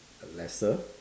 lesser